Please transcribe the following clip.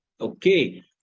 okay